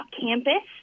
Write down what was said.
campus